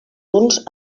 uns